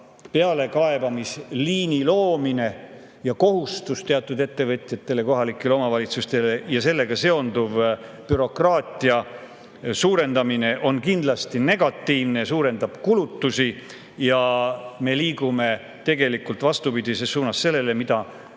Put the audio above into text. pealekaebamisliini loomine ning kohustus teatud ettevõtjatele ja kohalikele omavalitsustele ja sellega seonduv bürokraatia suurendamine on kindlasti negatiivne, see suurendab kulutusi ja me liigume tegelikult vastupidises suunas sellele, mida